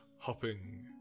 Hopping